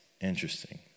interesting